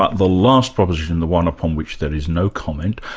ah the last proposition the one upon which there is no comment,